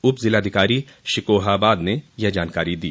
उपजिलाधिकारी शिकोहाबाद ने यह जानकारी दी